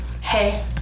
hey